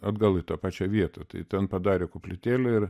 atgal į tą pačią vietą tai ten padarė koplytėlę ir